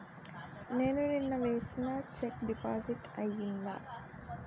నేను నిన్న వేసిన చెక్ డిపాజిట్ అయిందా?